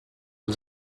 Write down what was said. els